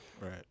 Right